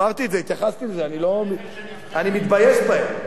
אמרתי את זה, התייחסתי לזה, אני מתבייש בהם.